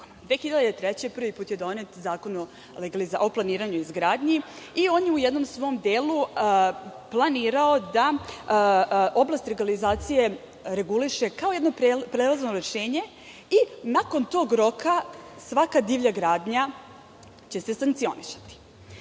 2003. prvi put je donet Zakon o planiranju i izgradnji i on je u jednom svom delu planirao da oblast legalizacije reguliše kao jedno prelazno rešenje i nakon tog roka svaka divlja gradnja će se sankcionisati.Međutim,